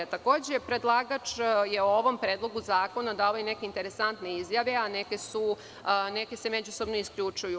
Takođe, predlagač je u ovom predlogu zakona dao i neke interesantne izjave, a neke se međusobno isključuju.